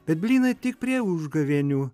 bet blynai tik prie užgavėnių